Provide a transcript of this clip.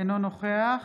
אינו נוכח